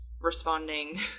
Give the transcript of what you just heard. responding